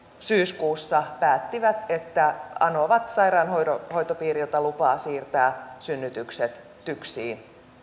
syyskuussa päättivät että anovat sairaanhoitopiiriltä lupaa siirtää synnytykset tyksiin